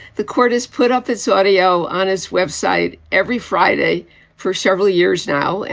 the court has put up its audio on his web site every friday for several years now.